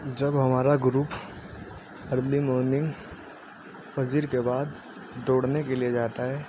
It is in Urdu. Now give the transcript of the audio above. جب ہمارا گروپ ارلی مارننگ فجر کے بعد دوڑنے کے لیے جاتا ہے